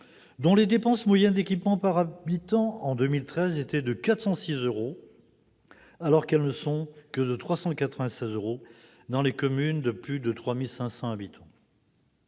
Leurs dépenses moyennes d'équipement par habitant, en 2013, s'élevaient à 406 euros, alors qu'elles n'atteignaient que 396 euros dans les communes de plus de 3 500 habitants.